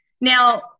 now